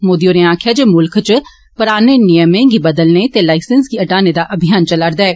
मोदी होरें आक्खेआ जे मुल्ख इच पराने नियमें गी बदलने ते लाइसेंस गी हटाने दा अभियान चला रदा ऐ